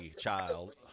child